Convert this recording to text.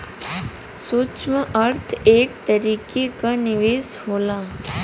सूक्ष्म अर्थ एक तरीके क निवेस होला